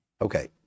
Okay